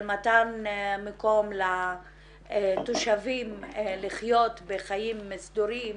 של מתן מקום לתושבים לחיות בחיים סדורים,